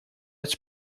its